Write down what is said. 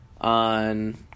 on